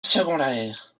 secondaire